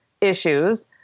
issues